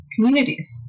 communities